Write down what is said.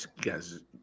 guys